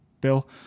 Bill